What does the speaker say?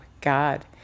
God